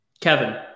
Kevin